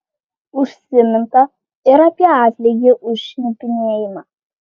užsiminta ir apie atlygį už šnipinėjimą